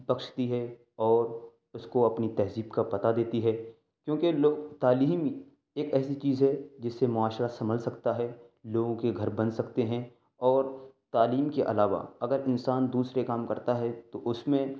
بخشتی ہے اور اس کو اپنی تہذیب کا پتہ دیتی ہے کیونکہ لوگ تعلیم ایک ایسی چیز ہے جس سے معاشرہ سنبھل سکتا ہے لوگوں کے گھر بن سکتے ہیں اور تعلیم کے علاوہ اگر انسان دوسرے کام کرتا ہے تو اس میں